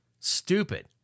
stupid